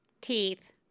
teeth